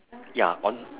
ya on